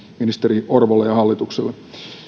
ministeri orvolle ja hallitukselle